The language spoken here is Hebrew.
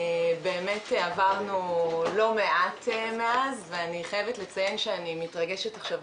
עברנו לא מעט מאז ואני מתרגשת עכשיו